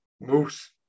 Moose